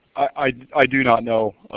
i do not know.